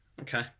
Okay